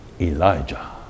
Elijah